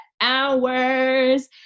hours